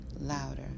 louder